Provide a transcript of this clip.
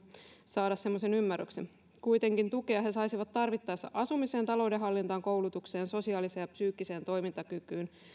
saada semmoisen ymmärryksen tukea he saisivat tarvittaessa asumiseen taloudenhallintaan koulutukseen sosiaaliseen ja psyykkiseen toimintakykyyn